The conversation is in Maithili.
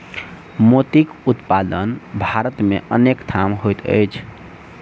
मोतीक उत्पादन भारत मे अनेक ठाम होइत अछि